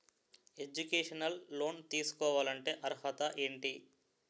Educational loan తీసుకోవాలంటే అర్హత ఏంటి?